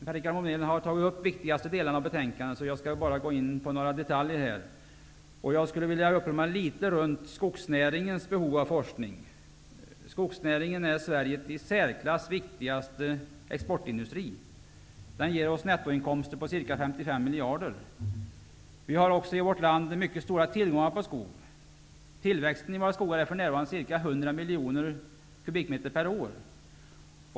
Per-Richard Molén har tagit upp de viktigaste delarna av betänkandet, så jag skall bara gå in på några detaljer. Jag skulle vilja uppehålla mig litet runt skogsnäringens behov av forskning. Skogsnäringen är Sveriges i särklass viktigaste exportindustri. Den ger oss nettoinkomster på ca 55 miljarder. Vi har också i vårt land mycket stora tillgångar på skog. Tillväxten i våra skogar är för närvarande ca 100 miljoner kubikmeter per år.